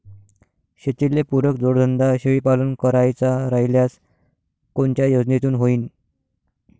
शेतीले पुरक जोडधंदा शेळीपालन करायचा राह्यल्यास कोनच्या योजनेतून होईन?